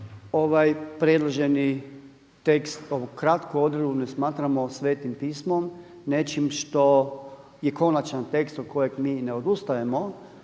ovaj predloženi tekst ovu kratku odredbu ne smatramo Svetim Pismom, nečim što je konačni tekst od kojeg mi ne odustajemo.